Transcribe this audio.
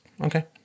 Okay